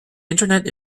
internet